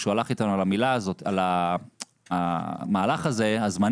כשהוא הולך איתנו על המהלך הזה הזמני,